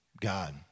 God